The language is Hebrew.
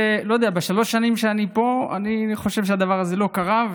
בשלוש השנים שאני פה אני חושב שהדבר הזה לא קרה,